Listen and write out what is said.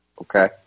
Okay